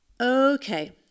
Okay